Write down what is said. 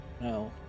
No